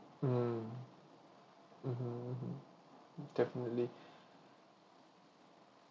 mm mmhmm mmhmm definitely